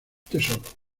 tesoros